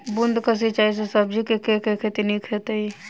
बूंद कऽ सिंचाई सँ सब्जी केँ के खेती नीक हेतइ?